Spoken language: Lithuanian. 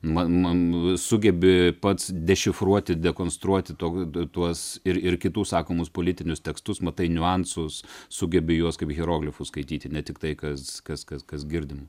man man sugebi pats dešifruoti dekonstruoti to tuos ir ir kitų sakomus politinius tekstus matai niuansus sugebi juos kaip hieroglifus skaityti ne tiktai kas kas kas kas girdim